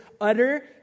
utter